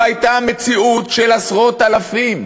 לא הייתה מציאות של עשרות אלפים